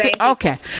Okay